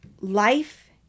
Life